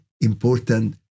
important